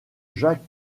jacques